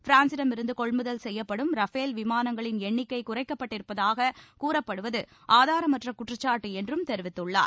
பிரான்சிடமிருந்து கொள்முதல் செய்யப்படும் ரஃபேல் விமானங்களின் எண்ணிக்கை குறைக்கப்பட்டிருப்பதாக கூறப்படுவது ஆதாரமற்ற குற்றச்சாட்டு என்றும் தெரிவித்துள்ளார்